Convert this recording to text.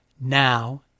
Now